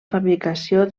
fabricació